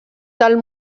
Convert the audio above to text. del